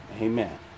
Amen